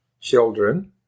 children